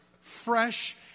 fresh